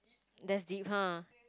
that's deep !huh!